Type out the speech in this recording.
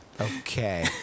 Okay